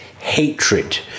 hatred